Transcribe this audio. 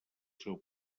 seu